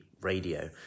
radio